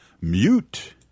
mute